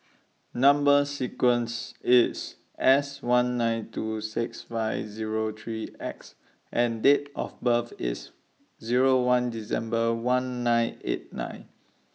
Number sequence IS S one nine two six five Zero three X and Date of birth IS Zero one December one nine eight nine